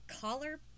collar